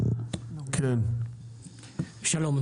שלום,